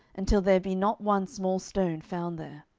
until there be not one small stone found there.